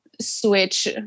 switch